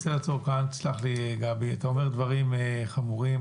תסלח לי, גבי, אתה אומר דברים חמורים.